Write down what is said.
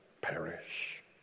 perish